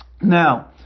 now